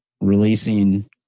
releasing